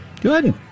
Good